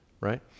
right